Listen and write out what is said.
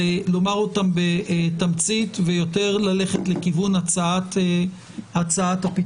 לומר אותן בתמצית ויותר ללכת לכיוון הצעת הפתרונות.